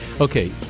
Okay